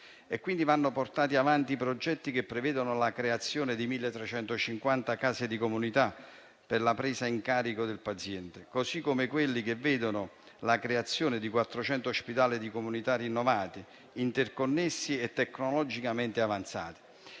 Quindi, vanno portati avanti i progetti che prevedono la creazione di 1.350 case di comunità per la presa in carico del paziente; così come quelli che vedono la creazione di 400 ospedali di comunità rinnovati, interconnessi e tecnologicamente avanzati;